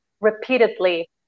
repeatedly